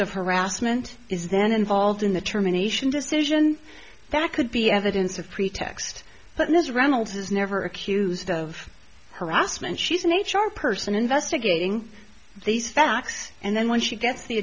of harassment is then involved in the termination decision that could be evidence of pretext but ms reynolds is never accused of harassment she's an h r person investigating these facts and then when she gets the